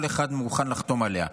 כל אחד מוכן לחתום עליה.